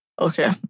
Okay